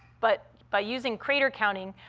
but by using crater counting,